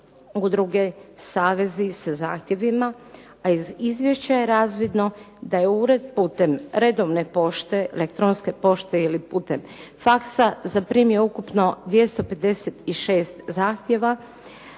udruge, savezi sa zahtjevima, a iz izvješća je razvidno da je ured putem redovne pošte, elektronske pošte ili putem faksa zaprimio ukupno 256 zahtjeva,